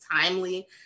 timely